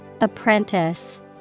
Apprentice